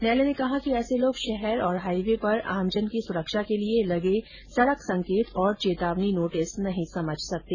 न्यायालय ने कहा कि ऐसे लोग शहर और हाईवे पर आमजन की सुरक्षा के लिये लगे सड़क संकेत और चेतावनी नोटिस नहीं समझ सकते